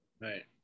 Right